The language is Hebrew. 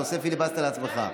אתה עושה פיליבסטר לעצמך.